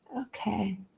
okay